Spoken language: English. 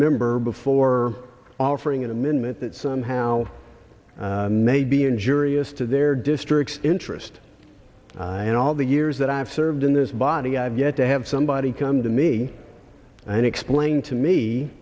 member before offering an amendment that somehow may be injurious to their districts interest and all the years that i've served in this body i've yet to have somebody come to me and explain to me